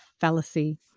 fallacy